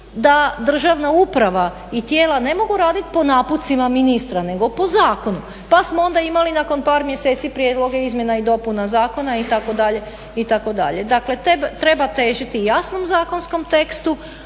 da državna uprava i tijela ne mogu raditi po napucima ministra nego po zakonu. Pa smo onda imali nakon par mjeseci prijedloge izmjene i dopune zakona itd., itd. Dakle treba težiti jasnom zakonskom tekstu